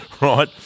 right